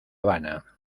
habana